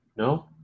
No